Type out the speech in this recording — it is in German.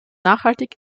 nachhaltig